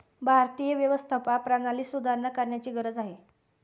भारतीय अर्थव्यवस्था प्रणालीत सुधारणा करण्याची गरज आहे